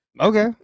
okay